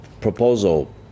proposal